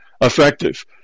effective